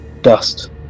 Dust